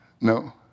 No